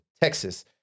Texas